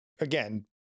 again